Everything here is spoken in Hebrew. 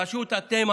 פשוט אתם,